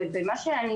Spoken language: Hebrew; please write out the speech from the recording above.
במה שאני,